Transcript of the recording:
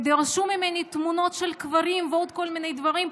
דרשו ממני תמונות של קברים ועוד כל מיני דברים,